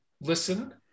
Listen